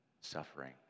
suffering